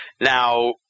Now